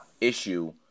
issue